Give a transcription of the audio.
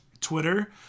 Twitter